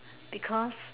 because